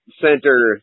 center